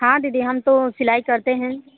हाँ दीदी हम तो सिलाई करते हैं